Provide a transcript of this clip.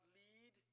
lead